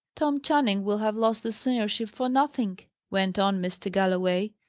tom channing will have lost the seniorship for nothing! went on mr. galloway,